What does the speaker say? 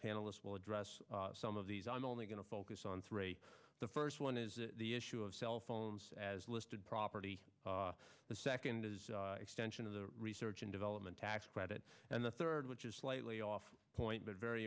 panelists will address some of these i'm only going to focus on three the first one is the issue of cellphones as listed property the second is extension of the research and development tax credit and the third which is slightly off point but very